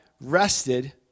rested